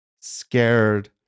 scared